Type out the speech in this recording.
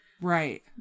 Right